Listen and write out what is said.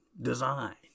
design